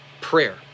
Prayer